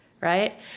right